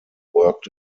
worked